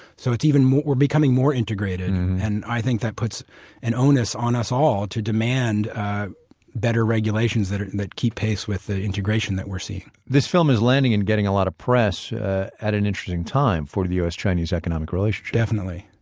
so it's even, we're becoming more integrated, and i think that puts an onus on us all to demand better regulations that that keep pace with the integration that we're seeing this film is landing and getting a lot of press at an interesting time for the u s chinese economic relationship definitely.